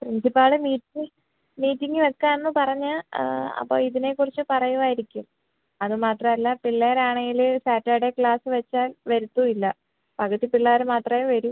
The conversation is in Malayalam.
പ്രിൻസിപ്പാള് മീറ്റിങ്ങ് വയ്ക്കാമെന്ന് പറഞ്ഞു അപ്പം ഇതിനേ കുറിച്ച് പറയുമയിരിക്കും അത് മാത്രമല്ല പിള്ളാരാണെങ്കിൽ സാറ്റർഡെ ക്ലാസ്സ് വച്ചാൽ വരത്തുമില്ല പകുതി പിള്ളേർ മാത്രമേ വരൂ